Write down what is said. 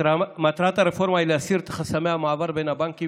מטרת הרפורמה היא להסיר את חסמי המעבר בין הבנקים